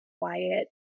quiet